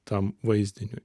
tam vaizdiniui